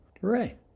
Hooray